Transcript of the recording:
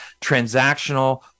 transactional